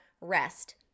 rest